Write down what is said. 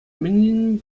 мӗн